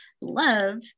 love